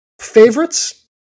favorites